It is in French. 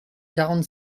quarante